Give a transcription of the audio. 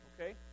okay